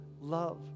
love